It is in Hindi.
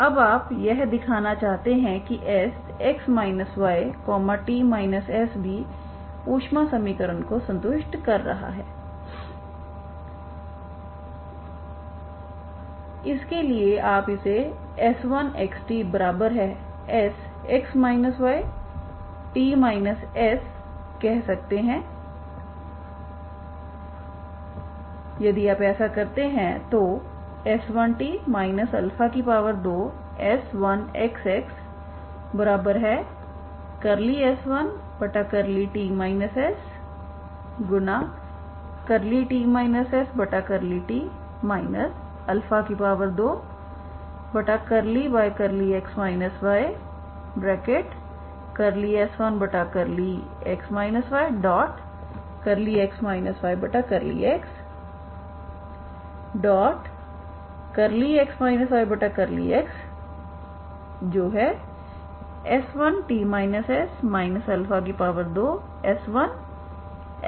अब आप यह दिखाना चाहते हैं कि Sx yt s भी ऊष्मा समीकरण को संतुष्ट कर रहा है इसलिए इसके लिए आप इसे S1xtSx yt sकह सकते हैं इसलिए यदि आप ऐसा करते हैं तो S1t 2S1xxS1t st s∂t 2x yS1x yx y∂x∂∂x जो है S1 2S1